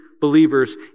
believers